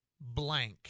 blank